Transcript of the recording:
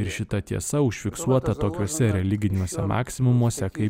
ir šita tiesa užfiksuota tokiose religiniuose maksimumuose kaip